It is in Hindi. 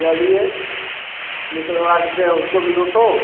चलिए निकलवा देते हैं उसको भी दो ठो